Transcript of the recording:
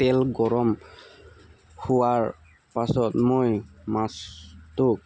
তেল গৰম হোৱাৰ পাছত মই মাছটোক